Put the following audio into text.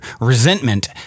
resentment